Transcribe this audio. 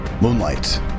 Moonlight